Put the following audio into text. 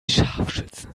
scharfschützen